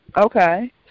Okay